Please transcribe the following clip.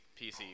PC